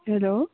hello